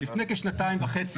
לפני כשנתיים וחצי,